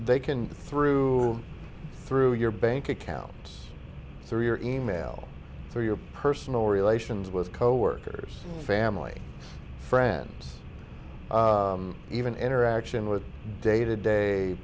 they can through through your bank accounts through your e mail through your personal relations with coworkers family friends even interaction with day to day